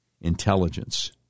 Intelligence